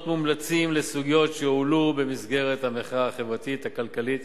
מומלצים לסוגיות שהועלו במסגרת המחאה החברתית הכלכלית